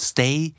Stay